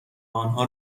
آنها